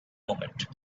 moment